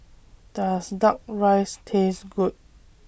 Does Duck Rice Taste Good